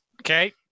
Okay